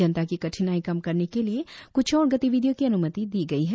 जनता की कठिनाई कम करने के लिए क्छ और गतिविधियों की अन्मति दी गई है